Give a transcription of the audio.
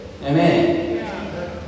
Amen